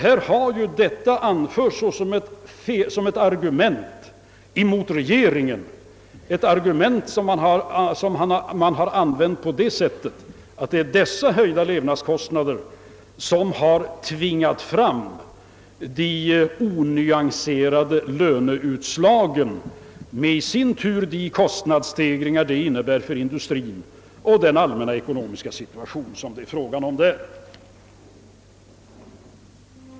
Här har nu prisstegringarna anförts såsom ett argument mot regeringen, ett argument som man har använt på det sättet, att det är dessa höjda levnadskostnader som har tvingat fram de onyanserade löneutslagen, i sin tur åtföljda av de kostnadsstegringar som detta innebär för industrien, och den allmänna ekonomiska situationen för denna.